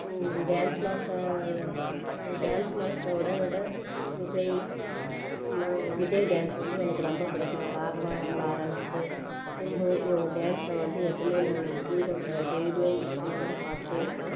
dance master dance மாஸ்டரோட Vijay Vijay dance வந்து எனக்கு ரொம்ப பிடிக்கும் ராகவா லாரன்சு சிம்பு இவங்க டான்ஸில் வந்து எப்போதுமே நான் டிவியில் டெய்லியும் மிஸ் பண்ணாமல் பார்த்துட்டே இருப்பேன்